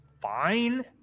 fine